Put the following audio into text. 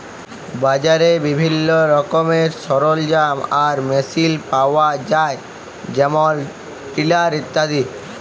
বাজারে বিভিল্ল্য রকমের সরলজাম আর মেসিল পাউয়া যায় যেমল টিলার ইত্যাদি